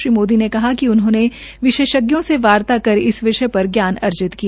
श्री मोदी ने कहा कि उन्होंने विशेषज्ञों से वार्ता कर इस विषय पर ज्ञान अर्जित किया